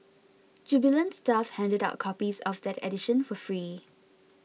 jubilant staff handed out copies of that edition for free